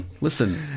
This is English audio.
Listen